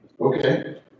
okay